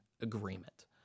agreement